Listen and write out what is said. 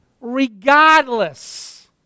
regardless